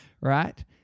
right